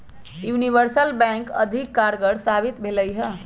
universal bank अधिक कारगर साबित भेलइ ह